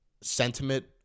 sentiment